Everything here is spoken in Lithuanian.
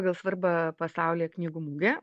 pagal svarbą pasaulyje knygų mugė